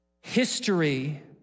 history